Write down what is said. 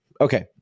Okay